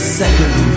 second